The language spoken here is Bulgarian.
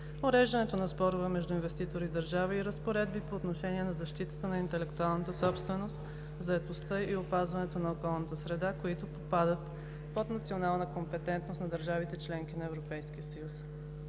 уреждането на спорове между инвеститор и държава и разпоредби по отношение на защитата на интелектуалната собственост, заетостта и опазването на околната среда, които попадат под национална компетентност на държавите – членки на Европейския съюз.